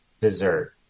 dessert